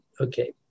okay